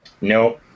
No